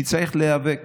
נצטרך להיאבק